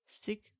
sick